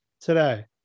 today